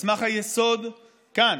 מסמך היסוד כאן,